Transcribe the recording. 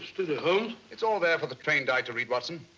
steady, holmes. it's all there for the trained eye to read, watson?